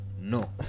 no